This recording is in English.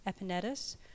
Epinetus